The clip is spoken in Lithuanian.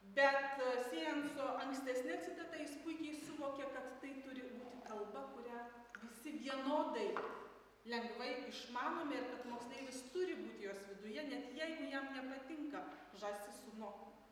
bet siejant su ankstesne citata jis puikiai suvokė kad tai turi būti kalba kurią visi vienodai lengvai išmanome ir kad moksleivis turi būti jos viduje net jeigu jam nepatinka žąsis su no